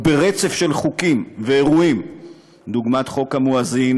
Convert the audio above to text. וברצף של חוקים ואירועים דוגמת חוק המואזין,